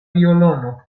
violono